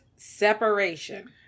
separation